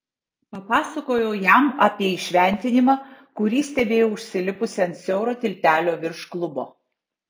papasakojau jam apie įšventinimą kurį stebėjau užsilipusi ant siauro tiltelio virš klubo